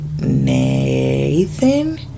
Nathan